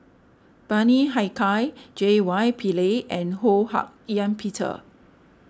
Bani Haykal J Y Pillay and Ho Hak Ean Peter